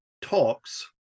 talks